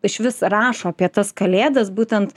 iš vis rašo apie tas kalėdas būtent